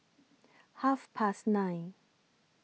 Half Past nine